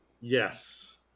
Yes